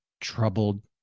troubled